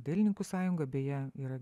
dailininkų sąjunga beje yra